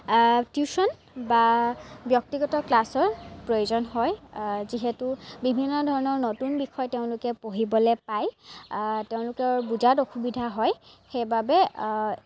tuition বা ব্যক্তিগত ক্লাছৰ প্ৰয়োজন হয় যিহেতু বিভিন্ন ধৰণৰ নতুন বিষয় তেওঁলোকে পঢ়িবলৈ পায় তেওঁলোকৰ বুজাত অসুবিধা হয় সেইবাবে